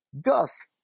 Gus